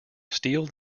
steal